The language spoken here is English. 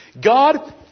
God